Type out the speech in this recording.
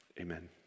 Amen